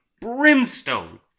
Brimstone